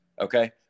Okay